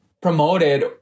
promoted